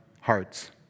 hearts